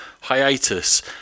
hiatus